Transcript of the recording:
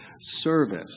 Service